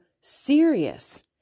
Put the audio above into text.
serious